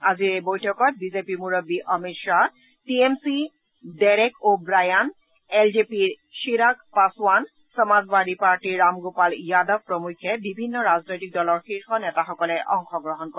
আজিৰ এই বৈঠকত বিজেপিৰ মুৰববী অমিত খাহ টি এম চিৰ Derek O'Brien L J পিৰ চিৰাগ পাছৱান সমাজবাদী পাৰ্টীৰ ৰামগোপাল যাদৱ প্ৰমুখ্যে বিভিন্ন ৰাজনৈতিক দলৰ শীৰ্ষ নেতাসকলে অংশগ্ৰহণ কৰে